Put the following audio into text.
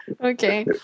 Okay